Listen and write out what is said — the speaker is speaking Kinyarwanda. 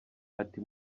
ati